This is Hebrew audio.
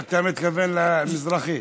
אתה מתכוון למזרחי.